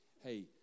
Hey